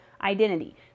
Identity